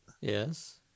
Yes